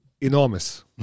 Enormous